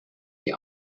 die